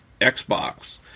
Xbox